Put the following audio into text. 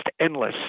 endless